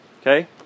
Okay